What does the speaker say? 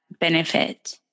benefit